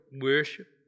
worship